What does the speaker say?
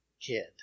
kid